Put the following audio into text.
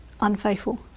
unfaithful